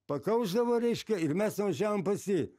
pakaušdavo reiškia ir mes nuvažiavom pas jį